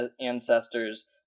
Ancestors